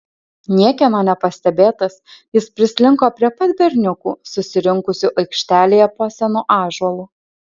niekieno nepastebėtas jis prislinko prie pat berniukų susirinkusių aikštelėje po senu ąžuolu